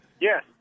Yes